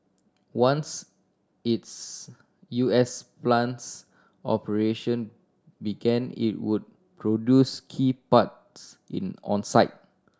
once its U S plant's operation began it would produce key parts in on site